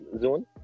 zone